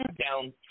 down